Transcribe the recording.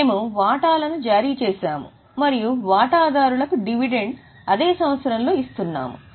మేము వాటాలను జారీ చేసాము మరియు వాటాదారులకు డివిడెండ్ అదే సంవత్సరంలో ఇస్తున్నాము